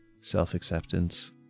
self-acceptance